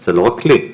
זה לא רק לי.